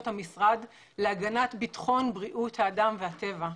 המשרד להגנת ביטחון בריאות האדם והטבע.